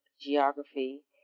geography